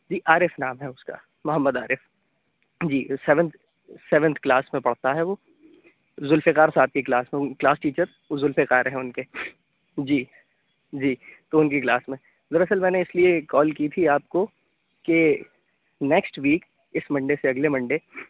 جی عارف نام ہے اُس کا Muhammad Arif ji seventh seventh class میں پڑھتا ہے وہ ذوالفقار صاحب کی کلاس میں کلاس ٹیچر ذوالفقار ہیں اُن کے جی جی تو اُن کی کلاس میں در اصل میں نے اِس لیے کال کی تھی آپ کو کہ نیکسٹ ویک اِس منڈے سے اگلے منڈے